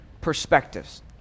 perspectives